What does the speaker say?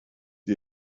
ihr